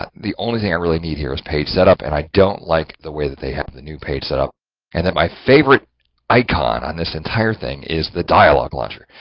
the only thing i really need here is page setup and i don't like the way that they have the new page setup and that my favorite icon on this entire thing is the dialog launcher,